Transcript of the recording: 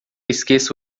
esqueça